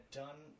done